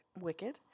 wicked